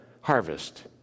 harvest